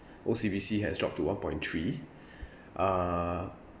O_C_B_C has dropped to one point three uh